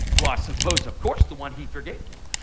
well, i suppose of course the one he forgave more.